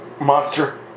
monster